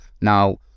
Now